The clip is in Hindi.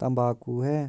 तंबाकू है